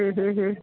മ്ഹ മ്ഹ മ്ഹ